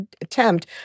attempt